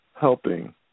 helping